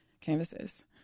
canvases